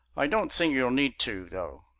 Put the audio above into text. i don't think you'll need to, though.